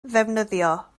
ddefnyddio